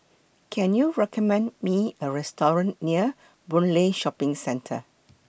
Can YOU recommend Me A Restaurant near Boon Lay Shopping Centre